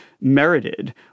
merited